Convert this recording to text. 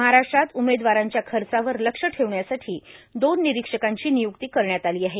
महाराष्ट्रात उमेदवारांच्या खर्चावर लक्ष ठेवण्यासाठी दोन निरीक्षकांची निय्क्ती करण्यात आली आहे